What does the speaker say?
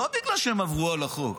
לא בגלל שהם עברו על החוק,